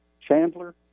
Chandler